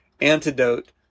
antidote